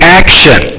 action